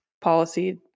policy